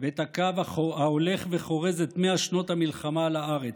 ואת הקו ההולך וחורז את מאה שנות המלחמה על הארץ,